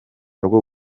rwo